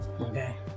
okay